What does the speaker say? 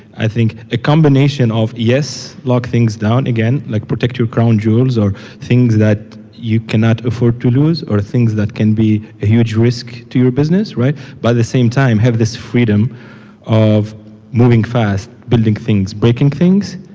i think, a combination of, yes, lock things down, again, like protective crown jewels or things that you cannot afford to lose or things that can be a huge risk to your business. by the same time, have this freedom of moving fast, building things, breaking things,